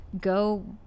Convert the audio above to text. go